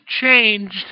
changed